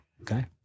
okay